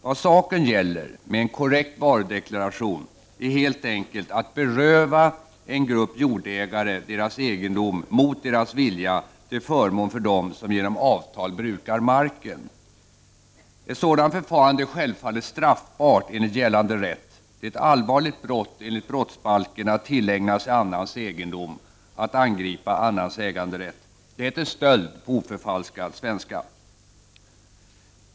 Vad saken gäller — med en korrekt varudeklaration — är helt enkelt att beröva en grupp jordägare deras egendom mot deras vilja till förmån för dem som genom avtal brukar marken. Ett sådant förfarande är självfallet straffbart enligt gällande rätt. Det är ett allvarligt brott enligt brottsbalken att tillägna sig annans egendom, att angripa annans äganderätt. Det heter stöld på oförfalskad svenska.